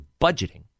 budgeting